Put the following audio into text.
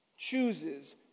chooses